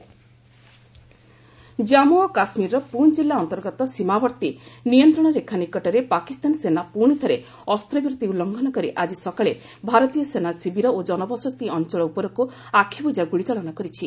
ceasefire Jammu ଓ କାଶ୍ମୀରର ପୁଞ୍ଚ ଜିଲ୍ଲା ଅନ୍ତର୍ଗତ ସୀମାବର୍ତ୍ତୀ ନିୟନ୍ତ୍ରଣ ରେଖା ନିକଟରେ ପାକିସ୍ତାନ ସେନା ପୁଣିଥରେ ଅସ୍ତ୍ରବିରତି ଉଲ୍ଲଙ୍ଘନ କରି ଆକି ସକାଳେ ଭାରତୀୟ ସେନା ଶିବିର ଓ ଜନବସତି ଅଞ୍ଚଳ ଉପରକୃ ଆଖିବ୍ରଜା ଗୁଳିଚାଳନା କରିଛି